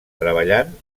treballant